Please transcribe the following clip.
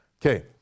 Okay